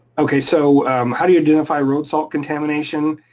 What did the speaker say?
okay, so how do you identify road salt contamination